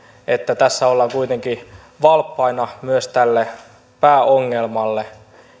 että tässä ollaan kuitenkin valppaina myös tälle pääongelmalle